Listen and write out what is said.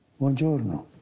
Buongiorno